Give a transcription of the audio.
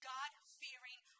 God-fearing